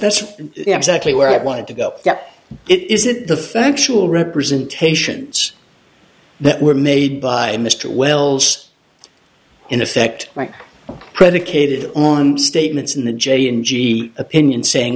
that's exactly where i wanted to go get it is it the factual representations that were made by mr wells in effect right predicated on statements in the j n g opinion saying